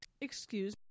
Excuse